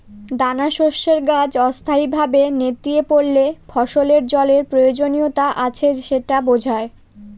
দানাশস্যের গাছ অস্থায়ীভাবে নেতিয়ে পড়লে ফসলের জলের প্রয়োজনীয়তা আছে সেটা বোঝায়